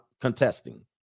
contesting